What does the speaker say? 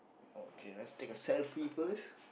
okay let's take a selfie first